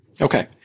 Okay